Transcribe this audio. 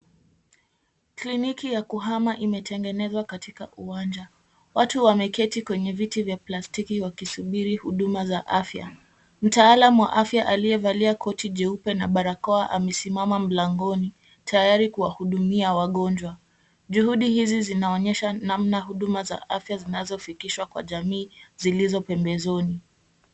Kliniki ya kuhama imetengenezwa katika uwanja. Watu wameketi kwenye viti vya plastiki wakisubiri huduma za afya. Mtaalamu wa afya aliyevalia koti jeupe na barakoa amesimama mlangoni tayari kuwahudumia wagonjwa. Juhudi hizi zinaonyesha namna huduma za afya zinazofikishwa kwa jamii zilizo pembezoni.